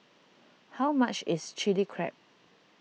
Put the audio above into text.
how much is Chili Crab